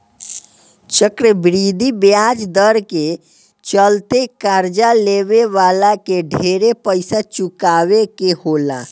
चक्रवृद्धि ब्याज दर के चलते कर्जा लेवे वाला के ढेर पइसा चुकावे के होला